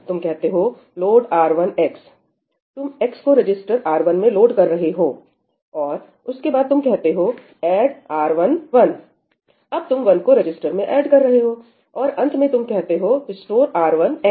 तुम कहते हो लोड R1 x तुम x को रजिस्टर R1 में लोड कर रहे हो और उसके बाद तुम कहते हो एड R1 1 अब तुम 1 को रजिस्टर में ऐड कर रहे हो और अंत में तुम कहते हो स्टोर 'R1 x '